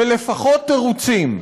ולפחות תירוצים,